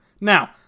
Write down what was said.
Now